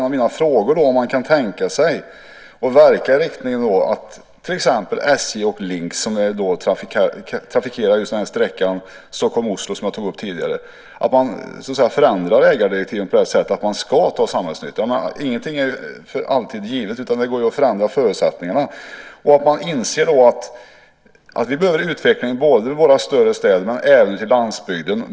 En av mina frågor är om man kan tänka sig att verka i riktning att ändra i ägardirektiven till exempelvis SJ och Linx, som trafikerar sträckan Stockholm-Oslo som jag tog upp tidigare, att de ska ta samhällsnyttig hänsyn. Ingenting är för alltid givet. Det går att förändra förutsättningarna. Vi behöver utveckling både i de större städerna och på landsbygden.